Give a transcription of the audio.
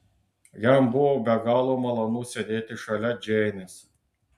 jam buvo be galo malonu sėdėti šalia džeinės